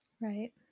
Right